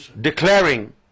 declaring